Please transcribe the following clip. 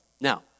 Now